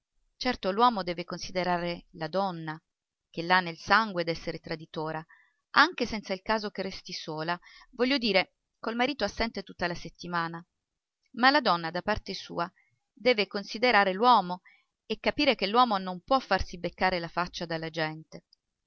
certo l'uomo deve considerare la donna che l'ha nel sangue d'essere traditora anche senza il caso che resti sola voglio dire col marito assente tutta la settimana ma la donna da parte sua deve considerare l'uomo e capire che l'uomo non può farsi beccare la faccia dalla gente